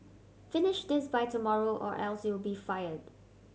finish this by tomorrow or else you'll be fired